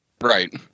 right